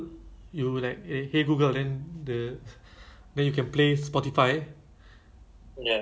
so actually from the wifi eh but actually dangerous oh I realise kan they recognise our voice oh